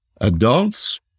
adults